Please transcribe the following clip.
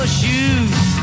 shoes